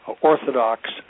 Orthodox